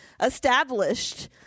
established